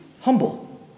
humble